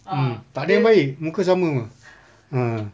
mm tak ada yang baik muka sama mah